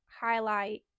highlight